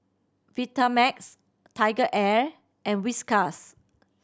Vitamix TigerAir and Whiskas